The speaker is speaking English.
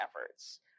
efforts